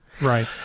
Right